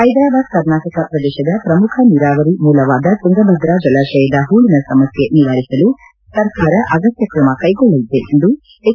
ಹೈದರಾಬಾದ್ ಕರ್ನಾಟಕ ಪ್ರದೇಶದ ಪ್ರಮುಖ ನೀರಾವರಿ ಮೂಲವಾದ ತುಂಗಭದ್ರೂ ಜಲಾತಯದ ಹೂಳನ ಸಮಸ್ಥೆ ನಿವಾರಿಸಲು ಸರ್ಕಾರ ಅಗತ್ಯ ಕ್ರಮ ಕೈಗೊಳ್ಳಲಿದೆ ಎಂದು ಎಚ್